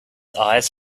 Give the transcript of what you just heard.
eyes